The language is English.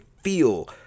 feel